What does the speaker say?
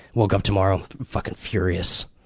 woke up tomorrow fucking furious.